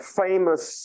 famous